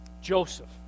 Joseph